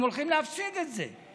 הם הולכים להפסיד את זה.